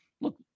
look